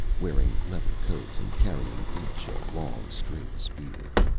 wearing leather coats and carrying each a long, straight spear.